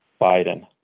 Biden